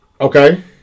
Okay